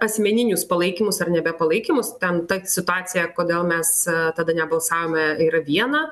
asmeninius palaikymus ar nebepalaikymus ten ta situacija kodėl mes tada nebalsavome yra viena